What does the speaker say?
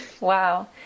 Wow